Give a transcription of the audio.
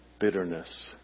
bitterness